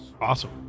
awesome